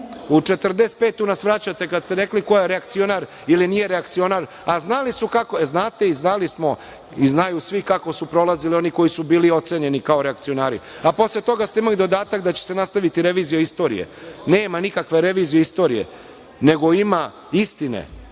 1945. nas vraćate kad ste rekli ko je reakcionar ili nije reakcionar, a znate i znali smo i znaju svi kako su prolazili oni koji su bili ocenjeni kao reakcionari. A posle toga ste imali dodatak da će se nastaviti revizija istorije. Nema nikakve revizije istorije, nego ima istine